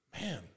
man